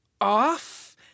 off